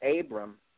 Abram